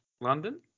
London